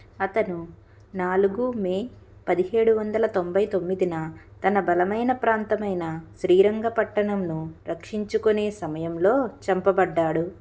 అతను నాలుగు మే పదిహేడు వందల తొంభై తొమ్మిదిన తన బలమైన ప్రాంతమైన శ్రీరంగ పట్టణంను రక్షించుకునే సమయంలో చంపబడ్డాడు